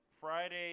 Friday